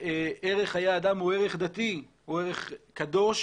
ערך חיי אדם הוא ערך דתי, ערך קדוש.